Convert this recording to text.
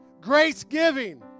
grace-giving